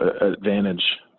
advantage